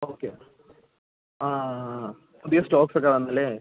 അപ്പോൾ ഓക്കെ ആ പുതിയ സ്റ്റോക്സൊക്കെ വന്നല്ലേ